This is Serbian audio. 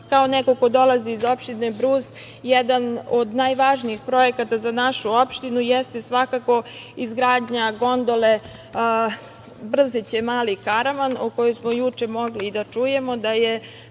Kao neko ko dolazi iz opštine Brus, jedan od najvažnijih projekata za našu opštinu jeste svakako izgradnja gondole Brzeće – Mali Karaman, o kojoj smo juče mogli da čujemo. Naša